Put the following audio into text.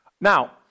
Now